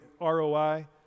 ROI